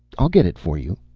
i'll get it for you.